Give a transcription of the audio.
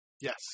Yes